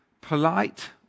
polite